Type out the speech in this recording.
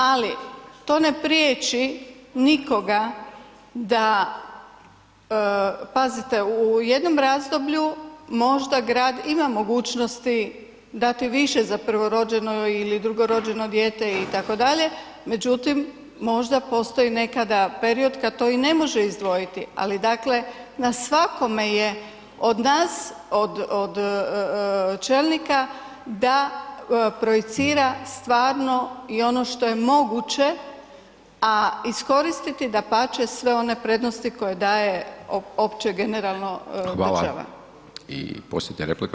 Ali to ne priječi nikoga da, pazite u jednom razdoblju možda grad ima mogućnosti dati više za prvorođeno ili drugorođeno dijete itd., međutim možda postoji nekada period kad to i ne može izdvojiti, ali dakle na svakome je od nas, od, od čelnika da projicira stvarno i ono što je moguće, a iskoristiti dapače sve one prednosti koje daje opće generalno [[Upadica: Hvala]] država.